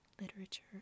Literature